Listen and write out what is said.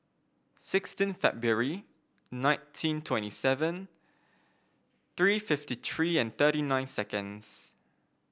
sixteen February nineteen twenty seven three fifty three and thirty nine seconds